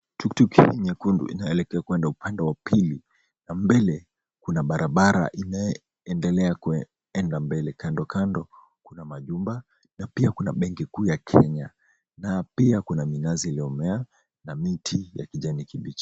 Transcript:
Tuktuk ya rangi nyekundu inaelekea kwenda upande wa pili na mbele kuna barabara ineendelea kwenda mbele. Kando kando kuna majumba na pia kuna benki kuu ya kenya na pia kuna minazi iliyomea na miti ya kijani kibichi.